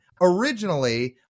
originally